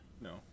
no